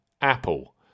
Apple